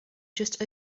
just